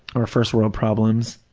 or first-world problems.